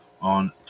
on